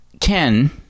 Ken